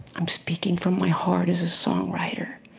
i'm speaking from my heart as a songwriter.